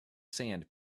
sand